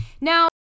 Now